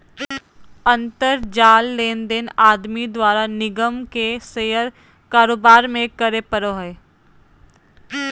अंतर जाल लेनदेन आदमी द्वारा निगम के शेयर कारोबार में करे पड़ो हइ